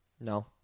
No